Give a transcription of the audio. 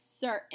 certain